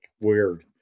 weird